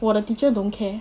我的 teacher don't care